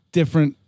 different